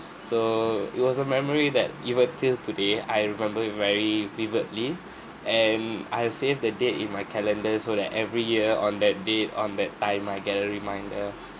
so it was a memory that even till today I remember it very vividly and I'll save the date in my calendar so that every year on that date on that time I get a reminder